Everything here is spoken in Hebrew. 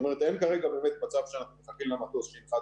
אין כרגע באמת מצב שאנחנו מחכים למטוס שינחת